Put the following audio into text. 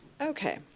Okay